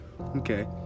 Okay